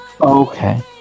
Okay